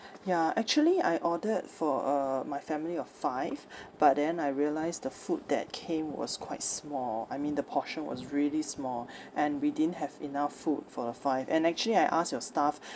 ya actually I ordered for uh my family of five but then I realised the food that came was quite small I mean the portion was really small and we didn't have enough food for the five and actually I asked your staff